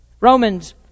Romans